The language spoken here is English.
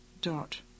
dot